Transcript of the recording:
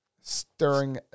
Stirring